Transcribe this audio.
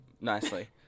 nicely